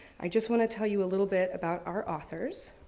i just want to tell you a little bit about our authors.